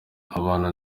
abantu